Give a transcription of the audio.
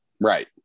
Right